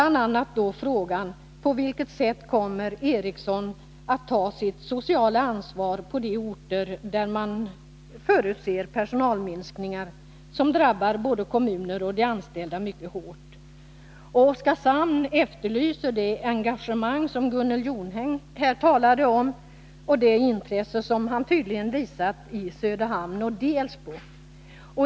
a. har man ställt följande fråga: På vilket sätt kommer L M Ericsson att ta sitt sociala ansvar på de orter där man förutser personalminskningar som drabbar både kommuner och anställda mycket hårt? I Oskarshamn efterlyser man det engagemang som Gunnel Jonäng här talade om, och det gäller också det intresse som statsrådet tydligen visat i Söderhamn och Delsbo.